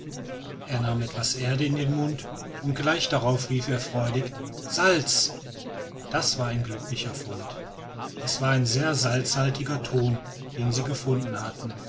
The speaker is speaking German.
er nahm etwas erde in den mund und gleich darauf rief er freudig salz das war ein glücklicher fund es war ein sehr salzhaltiger thon den sie gefunden hatten